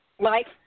Mike